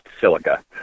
silica